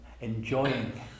enjoying